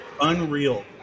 unreal